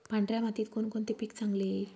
पांढऱ्या मातीत कोणकोणते पीक चांगले येईल?